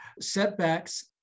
setbacks